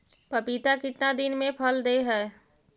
पपीता कितना दिन मे फल दे हय?